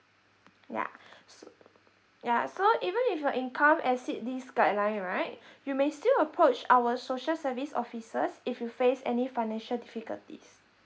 yeah so ya so even if your income exceed this guideline right you may still approach our social service officers if you face any financial difficulties